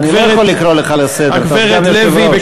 נו, אני לא יכול לקרוא לך לסדר, אתה סגן יושב-ראש.